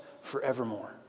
forevermore